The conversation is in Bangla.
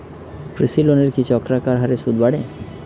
কৃষি লোনের কি চক্রাকার হারে সুদ বাড়ে?